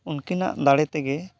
ᱩᱱᱠᱤᱱᱟᱜ ᱫᱟᱲᱮ ᱛᱮᱜᱮ